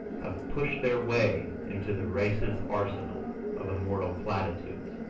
have pushed their way into the race's arsenal of immortal platitudes.